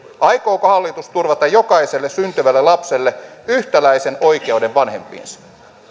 aikooko hallitus turvata jokaiselle syntyvälle lapselle yhtäläisen oikeuden vanhempiinsa